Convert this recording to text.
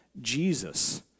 Jesus